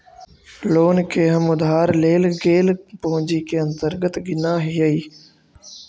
loan के हम उधार लेल गेल पूंजी के अंतर्गत गिनऽ हियई